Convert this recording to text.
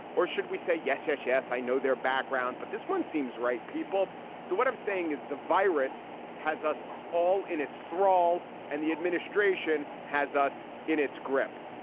or should we say yes, yes. yes, i know their background. but this one seems right, people so what i'm saying is the virus has us all in its thrall and the administration has us in its grip.